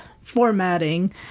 formatting